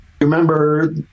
remember